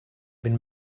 been